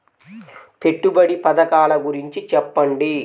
పెట్టుబడి పథకాల గురించి చెప్పండి?